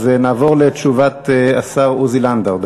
אז נעבור לתשובת השר עוזי לנדאו.